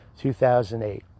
2008